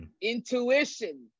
intuition